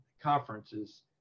conferences